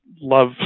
love